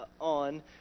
on